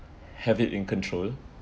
have it in control